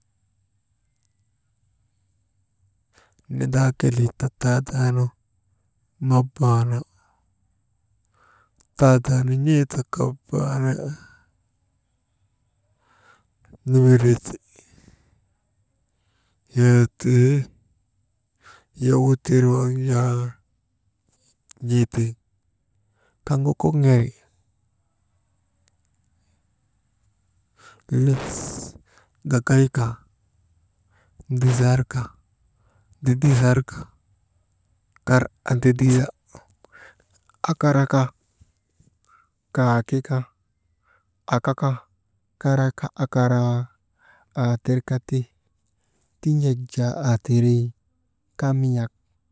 Nidaa kelee ta tataanu mabaana, tadaanu n̰eeta kabana, « Hesitation» yow tirwaŋ jaa n̰eetiŋ kaŋgu kok ŋe nefis gagayka, ndisarka, ndindisarka, kar andidisa, akaraka kaakika akaka, karaka, akaraa, aa tirkati, tin̰ek jaa aa tirii kamiyak.